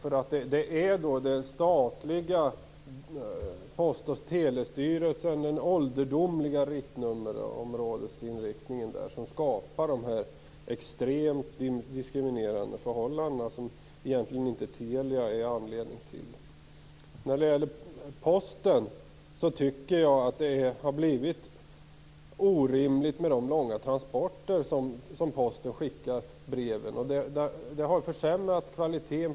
Det är nämliga den statliga post och telestyrelsens ålderdomliga riktnummerområdesinriktning som skapar dessa extremt diskriminerande förhållanden som Telia egentligen inte är anledning till. När det gäller posten tycker jag att det har blivit orimligt med de långa transporttiderna för brev.